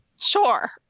Sure